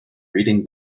reading